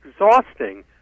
exhausting